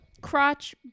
crotch